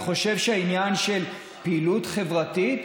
אני חושב שהעניין של פעילות חברתית,